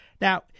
Now